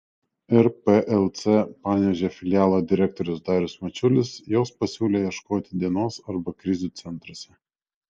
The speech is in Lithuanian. rplc panevėžio filialo direktorius darius mačiulis jos pasiūlė ieškoti dienos arba krizių centruose